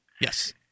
Yes